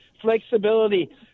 flexibility